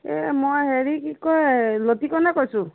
এ মই হেৰি কি কয় লটিকনে কৈছোঁ